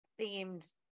themed